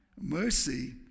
Mercy